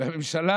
והממשלה,